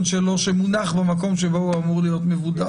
שלו שמונח במקום שבו הוא אמור להיות מבודד.